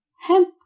hemp